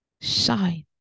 Shine